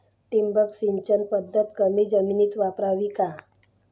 ठिबक सिंचन पद्धत कमी जमिनीत वापरावी का?